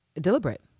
deliberate